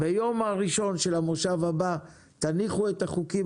ביום הראשון של המושב הבא תניחו את החוקים